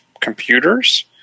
computers